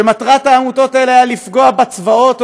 ומטרת העמותות האלה הייתה לפגוע בצבאות או